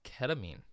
ketamine